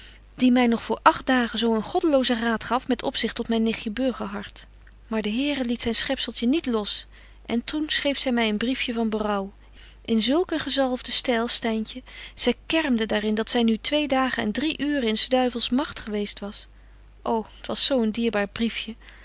die my nog voor agt dagen zo een goddelozen raad gaf met opzicht tot myn nichtje burgerhart maar de here liet zyn schepzeltje niet los en toen schreef zy my een briefje van berouw in zulk een gezalfden styl styntje zy kermde daar in dat zy nu twee dagen en drie uuren in s duivels magt geweest was o t was zo een dierbaar